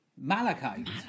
Malachite